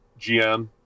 GM